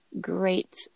great